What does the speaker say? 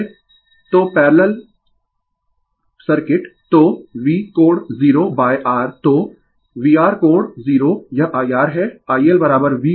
तो parallel circuit तो V कोण 0 r तो VR कोण 0 यह IR है